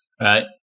Right